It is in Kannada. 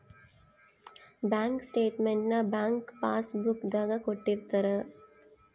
ಬ್ಯಾಂಕ್ ಸ್ಟೇಟ್ಮೆಂಟ್ ನ ಬ್ಯಾಂಕ್ ಪಾಸ್ ಬುಕ್ ದಾಗ ಕೊಟ್ಟಿರ್ತಾರ